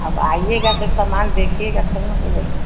अब आइएगा जो सामान देखिएगा तब न मिलेगी